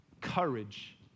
courage